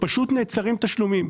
פשוט נעצרים תשלומים,